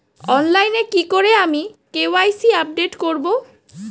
অনলাইনে কি করে আমি কে.ওয়াই.সি আপডেট করব?